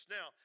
Now